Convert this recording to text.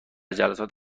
جلسات